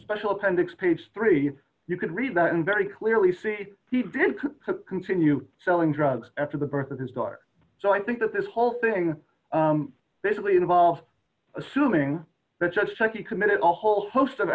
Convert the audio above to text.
special appendix page three you can read that and very clearly see he didn't continue selling drugs after the birth of his daughter so i think that this whole thing basically involves assuming that judge chuckie committed a whole host of